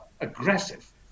aggressive